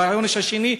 והעונש השני,